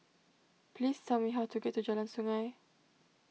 please tell me how to get to Jalan Sungei